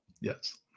yes